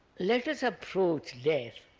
let us approach death